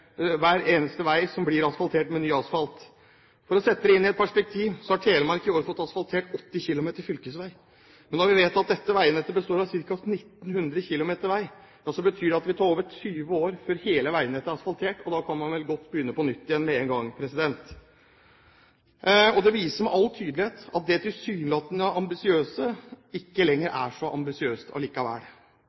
asfaltert med ny asfalt. For å sette det inn i et perspektiv: Telemark har i år fått asfaltert 80 km fylkesvei. Men når vi vet at dette veinettet består av ca. 1 900 km vei, betyr det at det vil ta over 20 år før hele veinettet er asfaltert, og da kan man vel godt begynne på nytt igjen med en gang. Det viser med all tydelighet at det tilsynelatende ambisiøse ikke lenger er så ambisiøst allikevel.